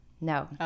No